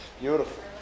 Beautiful